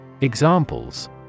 Examples